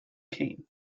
keene